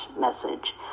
message